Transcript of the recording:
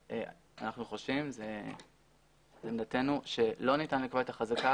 אנחנו חושבים שלא ניתן לקבוע את החזקה